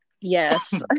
Yes